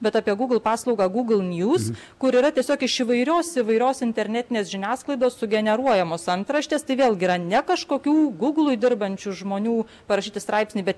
bet apie gūgl paslaugą gūgl nius kur yra tiesiog iš įvairios įvairios internetinės žiniasklaidos sugeneruojamos antraštės tai vėlgi yra ne kažkokių gūglui dirbančių žmonių parašyti straipsnį bet